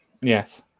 yes